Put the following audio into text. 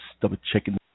double-checking